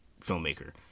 filmmaker